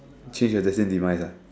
change your destined demise ah